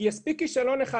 כי מספיק כישלון אחד,